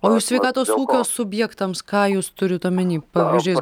o jūs sveikatos ūkio subjektams ką jūs turit omeny pavyzdžiais